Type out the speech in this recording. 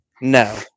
No